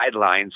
guidelines